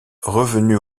revenu